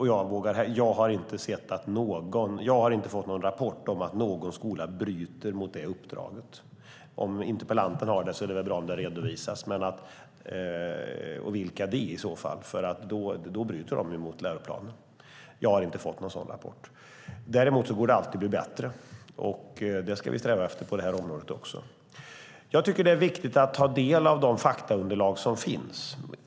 Jag har inte fått någon rapport om att någon skola bryter mot det uppdraget. Om interpellanten har det är det väl bra om det redovisas vilka de i så fall är, för då bryter de mot läroplanen. Men jag har inte fått någon sådan rapport. Däremot går det alltid att bli bättre. Det ska vi sträva efter på det här området också. Jag tycker att det är viktigt att ta del av de faktaunderlag som finns.